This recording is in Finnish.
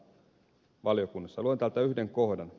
luen täältä yhden kohdan